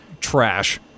trash